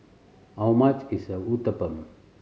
how much is Uthapam